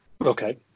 Okay